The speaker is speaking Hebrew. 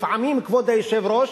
לפעמים, כבוד היושב-ראש,